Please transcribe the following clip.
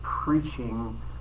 Preaching